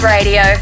Radio